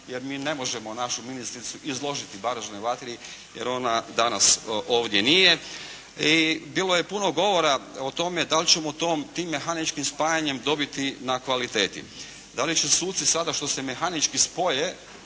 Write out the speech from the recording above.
jer mi ne možemo našu ministricu izložiti baražnoj vatri, jer ona danas ovdje nije. I bilo je puno govora o tome da li ćemo tim mehaničkim spajanjem dobiti na kvaliteti? Da li će suci sada što se mehanički spoje